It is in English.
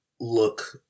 look